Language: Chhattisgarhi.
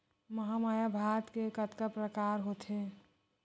महमाया भात के कतका प्रकार होथे?